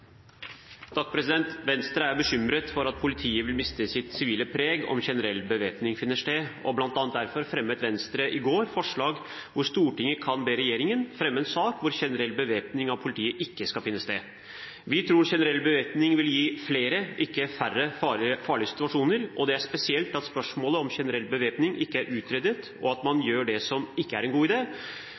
bekymret for at politiet vil miste sitt sivile preg om generell bevæpning finner sted, og bl.a. derfor fremmet Venstre i går forslag hvor Stortinget kan be regjeringen fremme en sak hvor generell bevæpning av politiet ikke skal finne sted. Vi tror generell bevæpning vil gi flere, ikke færre, farlige situasjoner, og det er spesielt at spørsmålet om generell bevæpning ikke er utredet, og at man gjør det som ikke er en god